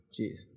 Jeez